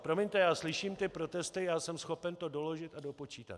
Promiňte, já slyším ty protesty, jsem schopen to doložit a dopočítat.